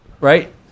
Right